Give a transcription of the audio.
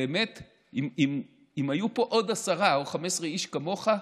באמת, אם היו פה עוד עשרה או 15 איש כמוך,